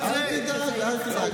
לוי, אתה דואג?